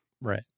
Right